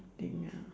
thing ah